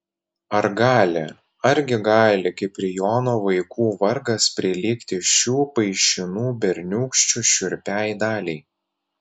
ar gali argi gali kiprijono vaikų vargas prilygti šių paišinų berniūkščių šiurpiai daliai